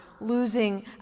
losing